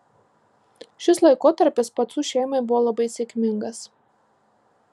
šis laikotarpis pacų šeimai buvo labai sėkmingas